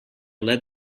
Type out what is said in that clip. led